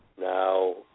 Now